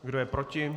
Kdo je proti?